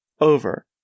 Over